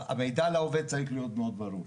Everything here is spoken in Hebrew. המידע לעובד צריך להיות מאוד ברור.